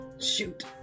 Shoot